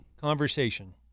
conversation